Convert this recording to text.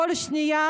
כל שנייה